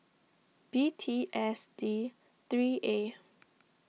B T S D three A